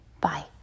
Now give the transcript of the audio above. Bye